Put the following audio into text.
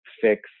fix